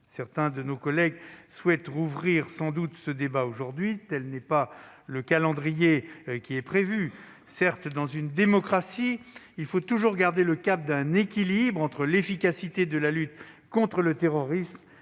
Certains collègues souhaitent rouvrir ce débat aujourd'hui. Tel n'est pourtant pas le calendrier prévu. Certes, dans une démocratie, il faut toujours garder le cap d'un équilibre entre l'efficacité de la lutte contre le terrorisme